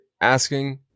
asking